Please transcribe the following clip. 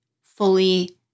fully